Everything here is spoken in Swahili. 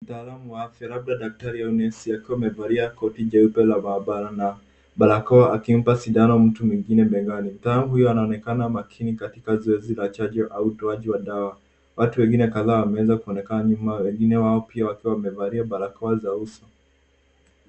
Mtaalamu wa afya labda daktari au nesi akiwa amevalia koti jeupe la maabara na barakoa akimpa sindano mtu mwingine begani. Mtaalamu huyu yanaonekana makini katika mazoezi la chanjo au utoaji wa dawa. Watu wengine kadhaa wameweza kuonekana nyuma wengine wao pia wakiwa wamevalia barakoa za uso.